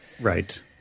Right